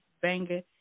Banger